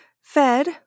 fed